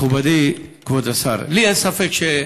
מכובדי כבוד השר, לי אין ספק,